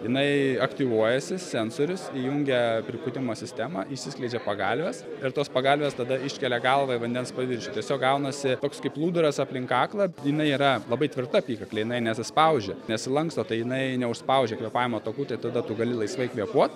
jinai aktyvuojasi sensorius įjungia pripūtimo sistemą išsiskleidžia pagalvės ir tos pagalvės tada iškelia galvą į vandens paviršių tiesiog gaunasi toks kaip plūduras aplink kaklą jinai yra labai tvirta apykaklė jinai nesispaudžia nesilanksto tai jinai neužspaudžia kvėpavimo takų tada tu gali laisvai kvėpuot